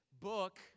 book